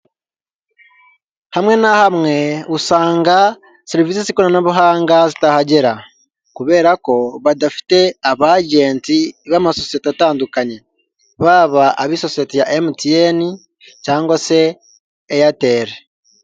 Hamwe na hamwe usanga serivisi z'ikoranabuhanga zitahagera, kubera ko badafite ab'agent b'amasosiyete atandukanye baba ari sosiyete ya mtn cyangwa se airtel.